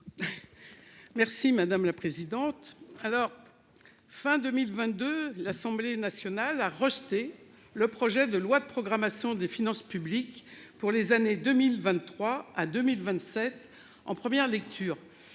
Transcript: Merci madame la présidente. Alors. Fin 2022, l'Assemblée nationale a rejeté le projet de loi de programmation des finances publiques pour les années 2023 à 2027 en première lecture.